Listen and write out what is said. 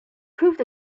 proved